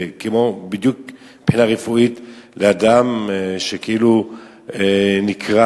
הייתי אומר שזה בדיוק כמו אדם שכאילו נקרא